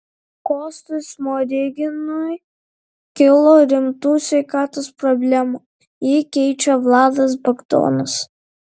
kostui smoriginui kilo rimtų sveikatos problemų jį keičia vladas bagdonas